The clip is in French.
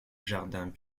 jardins